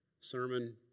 sermon